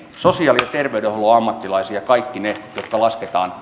sosiaali ja terveydenhuollon ammattilaisia ovat kaikki ne jotka lasketaan